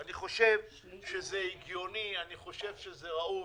אני חושב שזה הגיוני, אני חושב שזה ראוי.